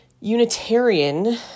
Unitarian